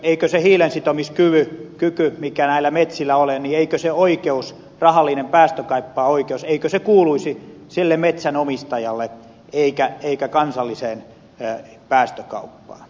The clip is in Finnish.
eikö se hiilensitomiskyky mikä näillä metsillä on se oikeus rahallinen päästökauppaoikeus kuuluisi sille metsänomistajalle eikä kansalliseen päästökauppaan